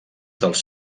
dels